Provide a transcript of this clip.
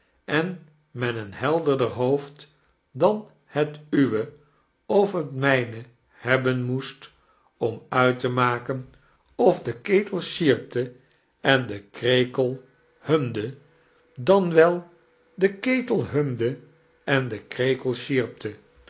en men een helderdeir hoofd dan het uwe of het mijne hebben moest om uit te maken of de ketel slipte en de krekel liumde danwel de ketel humde en de krekel